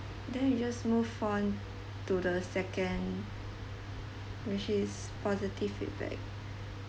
then we just move on to the second which is positive feedback